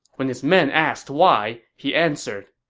when his men asked why, he answered,